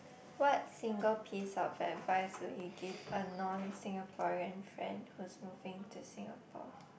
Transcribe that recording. what single piece of advice would you give a non Singaporean friend who's moving to Singapore